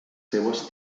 seues